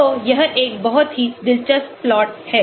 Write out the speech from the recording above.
तो यह एक बहुत ही दिलचस्प प्लॉट है